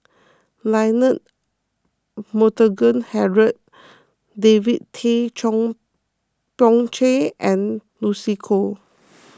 Leonard Montague Harrod David Tay Poey Cher and Lucy Koh